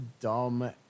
dumb